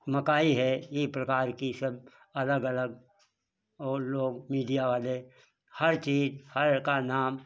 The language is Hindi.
मकई है ये प्रकार की सब अलग अलग और लोग मीडिया वाले हर चीज़ हर का नाम